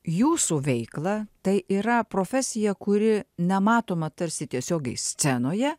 jūsų veiklą tai yra profesija kuri nematoma tarsi tiesiogiai scenoje